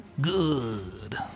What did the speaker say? Good